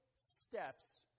steps